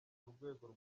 urwego